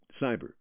Cyber